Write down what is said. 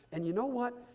and you know what?